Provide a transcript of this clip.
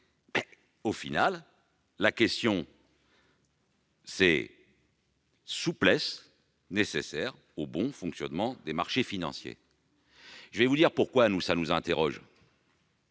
finalement, c'est la souplesse nécessaire au bon fonctionnement des marchés financiers. Je vais vous dire pourquoi nous cela nous interroge.